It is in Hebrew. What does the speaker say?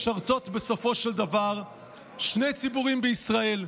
משרתות בסופו של דבר שני ציבורים בישראל: